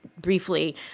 briefly